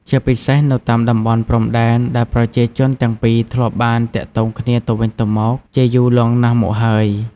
ជាពិសេសនៅតាមតំបន់ព្រំដែនដែលប្រជាជនទាំងពីរធ្លាប់បានទាក់ទងគ្នាទៅវិញទៅមកជាយូរលង់ណាស់មកហើយ។